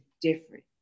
different